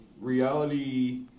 reality